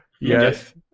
Yes